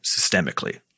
systemically